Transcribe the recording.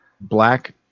black